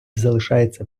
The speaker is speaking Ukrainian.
залишається